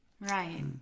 Right